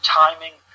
timing